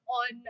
on